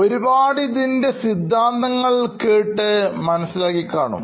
ഒരുപാട് ഇതിൻറെ സിദ്ധാന്തങ്ങൾ കേട്ട് മനസ്സിലാക്കി കാണും